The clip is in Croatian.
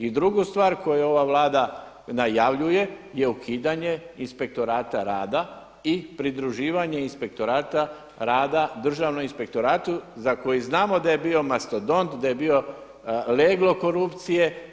I drugu stvar koju ova Vlada najavljuje je ukidanje Inspektorata rada i pridruživanje Inspektorata rada Državnom inspektoratu za koji znamo da je bio mastodont, da je bio leglo korupcije.